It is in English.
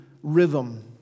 rhythm